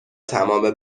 تمام